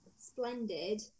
splendid